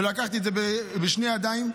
לקחתי את זה בשתי הידיים.